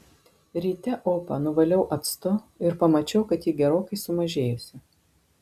ryte opą nuvaliau actu ir pamačiau kad ji gerokai sumažėjusi